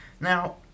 Now